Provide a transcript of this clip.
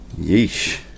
Yeesh